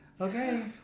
okay